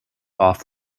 off